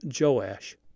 Joash